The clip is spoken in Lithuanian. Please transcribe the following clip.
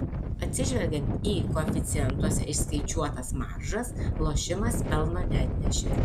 atsižvelgiant į koeficientuose įskaičiuotas maržas lošimas pelno neatnešė